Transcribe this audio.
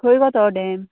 खंय गो तो हो डॅम